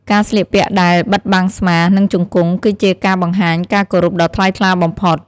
ការស្លៀកពាក់ដែល បិទបាំងស្មា និងជង្គង់ គឺជាការបង្ហាញការគោរពដ៏ថ្លៃថ្លាបំផុត។